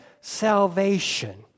salvation